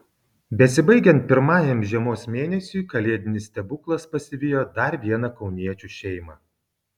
besibaigiant pirmajam žiemos mėnesiui kalėdinis stebuklas pasivijo dar vieną kauniečių šeimą